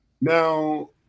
Now